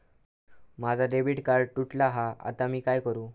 माझा debit card तुटला हा आता मी काय करू?